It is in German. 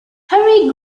harry